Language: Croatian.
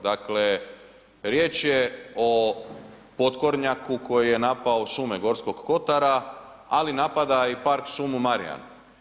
Dakle, riječ je o potkornjaku koji je našao šume Gorskog kotara ali napada i par šumu Marjan.